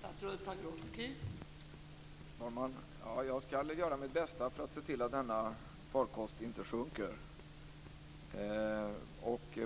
Fru talman! Jag ska göra mitt bästa för att se till att denna farkost inte sjunker.